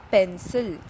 Pencil